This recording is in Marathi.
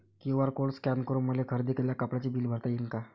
क्यू.आर कोड स्कॅन करून मले खरेदी केलेल्या कापडाचे बिल भरता यीन का?